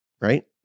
right